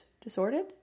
disordered